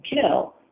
kill